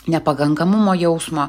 nepakankamumo jausmo